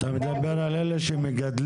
אתה מדבר על אלה שמגדלים?